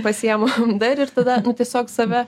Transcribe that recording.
pasiemu dar ir tada nu tiesiog save